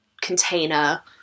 container